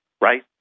Right